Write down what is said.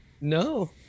No